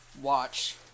watch